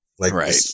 Right